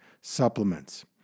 supplements